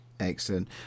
Excellent